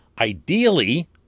Ideally